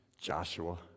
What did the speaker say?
Joshua